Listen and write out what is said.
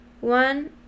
one